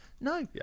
No